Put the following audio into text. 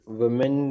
women